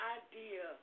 idea